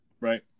Right